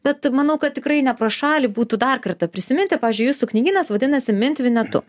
bet manau kad tikrai ne pro šalį būtų dar kartą prisiminti pavyzdžiui jūsų knygynas vadinasi mint vinetu